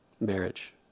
marriage